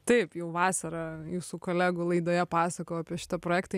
taip jau vasarą jūsų kolegų laidoje pasakojau apie šitą projektą